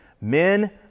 men